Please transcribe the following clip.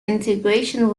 integration